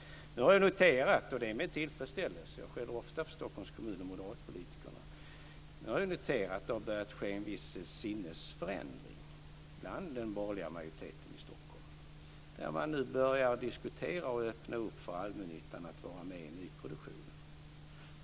Nu har jag noterat, och det är med tillfredsställelse - jag skäller ofta på Stockholms kommun och moderatpolitikerna - att det har börjat ske en viss sinnesförändring bland den borgerliga majoriteten i Stockholm. Man börjar nu diskutera och öppna upp för allmännyttan att vara med i nyproduktionen.